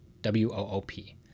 w-o-o-p